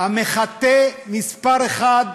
המחטא מספר אחת